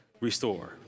restore